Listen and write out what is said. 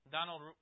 Donald